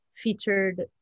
featured